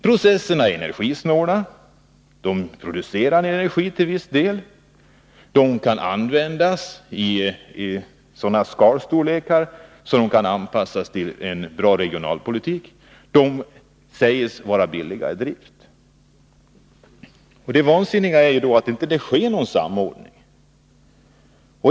Processerna är energisnåla, de producerar energi till viss del, de kan användas i sådana skalstorlekar att de kan anpassas till en bra regionalpolitik och de sägs vara billiga i drift. Det vansinniga är då att det inte sker någon samordning.